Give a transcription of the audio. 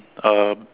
um